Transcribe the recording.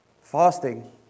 Fasting